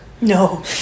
No